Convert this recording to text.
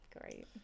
Great